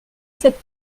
cette